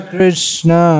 Krishna